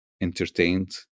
entertained